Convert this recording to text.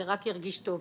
שרק ירגיש טוב.